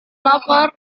lapar